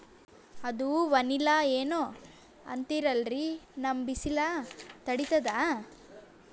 ಅದು ವನಿಲಾ ಏನೋ ಅಂತಾರಲ್ರೀ, ನಮ್ ಬಿಸಿಲ ತಡೀತದಾ?